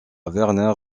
warner